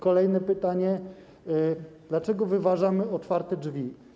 Kolejne pytanie: Dlaczego wyważamy otwarte drzwi?